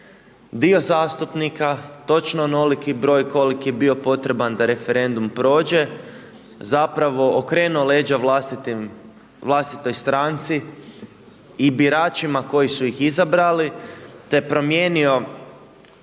dio zastupnika točno onoliki broj koliki je bo potreban da referendum prođe. Zapravo, okrenuo leđa vlastitoj stranci i biračima koji su ih izabrali te promijenio